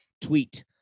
tweet